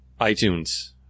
iTunes